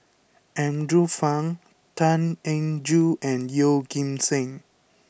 Andrew Phang Tan Eng Joo and Yeoh Ghim Seng